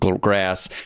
grass